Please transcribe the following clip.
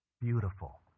Beautiful